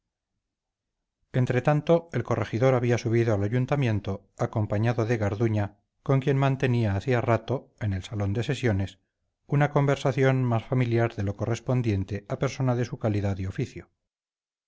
guapa entretanto el corregidor había subido al ayuntamiento acompañado de garduña con quien mantenía hacía rato en el salón de sesiones una conversación más familiar de lo correspondiente a persona de su calidad y oficio